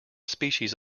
species